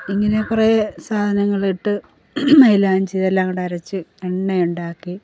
ഇങ്ങനെ കുറെ സാധനങ്ങളിട്ട് മൈലാഞ്ചി ഇതെല്ലാംകൂടെ അരച്ച് എണ്ണയുണ്ടാക്കി